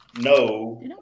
No